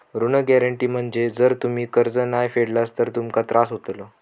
ऋण गॅरेंटी मध्ये जर तुम्ही कर्ज नाय फेडलास तर तुमका त्रास होतलो